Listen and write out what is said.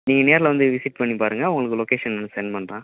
நீங்கள் நேரில் வந்து விசிட் பண்ணி பாருங்கள் உங்களுக்கு லொக்கேஷன் சென்ட் பண்ணுறேன்